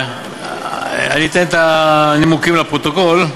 אני אתן את הנימוקים לפרוטוקול.